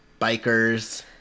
bikers